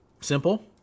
simple